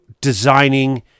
designing